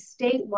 statewide